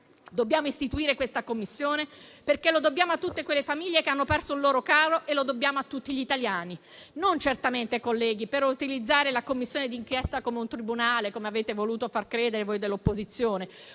Dobbiamo istituire questa Commissione, perché lo dobbiamo a tutte quelle famiglie che hanno perso un loro caro e lo dobbiamo a tutti gli italiani, non certamente ai colleghi per utilizzare la Commissione d'inchiesta come un tribunale, come avete voluto far credere voi dell'opposizione,